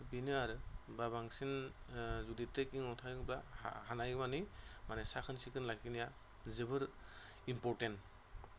बेनो आरो बाबांसिन जुदि ट्रेक्किंआव थाङोब्ला हानायमानि माने साखोन सिखोन लाखिनाया जोबोर इम्प'र्टेन्ट